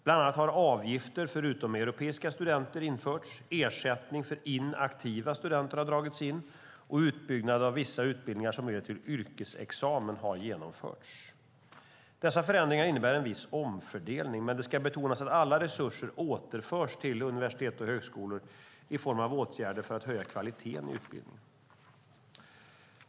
Bland annat har avgifter för utomeuropeiska studenter införts, ersättning för inaktiva studenter dragits in och utbyggnad av vissa utbildningar som leder till yrkesexamen genomförts. Dessa förändringar innebär en viss omfördelning, men det ska betonas att alla resurser återförs till universitet och högskolor i form av åtgärder för att höja kvaliteten i utbildningen.